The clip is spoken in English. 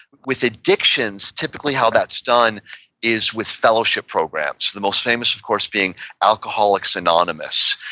with addictions, typically how that's done is with fellowship programs, the most famous, of course, being alcoholics anonymous.